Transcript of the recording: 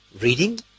reading